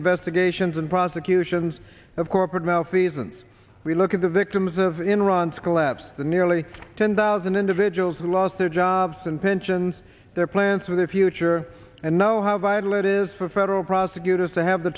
investigations and prosecutions of corporate malfeasance we look at the victims of enron's collapse the nearly ten thousand individuals who lost their jobs and pensions their plans for the future and know how vital it is for federal prosecutors to have the